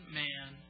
man